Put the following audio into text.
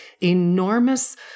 enormous